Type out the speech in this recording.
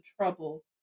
trouble